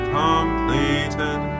completed